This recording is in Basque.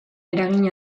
eragin